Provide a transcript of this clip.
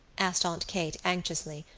asked aunt kate anxiously.